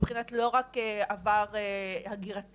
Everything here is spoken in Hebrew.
לא רק מבחינת עבר הגירתי,